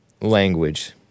Language